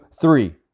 three